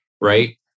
Right